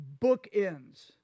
bookends